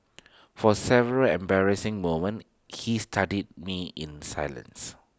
for several embarrassing moments he studied me in silence